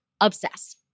obsessed